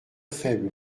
faible